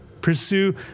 pursue